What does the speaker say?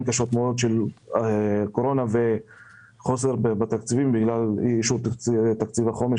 קשות מאוד של קורונה וחוסר בתקציבים בגלל כי אישור תקציב החומש